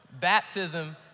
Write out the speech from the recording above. Baptism